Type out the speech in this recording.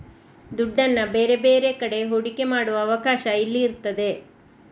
ದುಡ್ಡನ್ನ ಬೇರೆ ಬೇರೆ ಕಡೆ ಹೂಡಿಕೆ ಮಾಡುವ ಅವಕಾಶ ಇಲ್ಲಿ ಇರ್ತದೆ